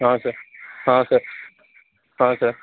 ஆ sir ஆ sir ஆ sir